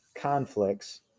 conflicts